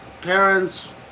parents